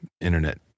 internet